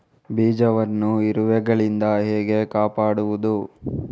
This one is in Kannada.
ಬೀಜವನ್ನು ಇರುವೆಗಳಿಂದ ಹೇಗೆ ಕಾಪಾಡುವುದು?